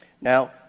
Now